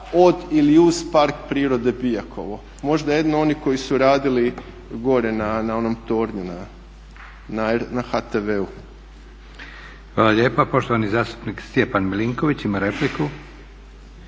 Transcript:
od ili uz Park prirode Biokovo? Možda jedino oni koji su radili gore na onom tornju, na HTV-u. **Leko, Josip (SDP)** Hvala lijepa. Poštovani zastupnik Stjepan Milinković ima repliku.